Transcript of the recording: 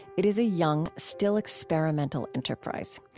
it is a young, still experimental enterprise,